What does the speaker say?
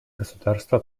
государство